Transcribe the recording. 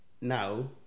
now